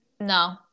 No